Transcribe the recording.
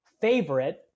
favorite